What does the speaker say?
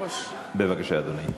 אדוני היושב-ראש,